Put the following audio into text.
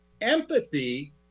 empathy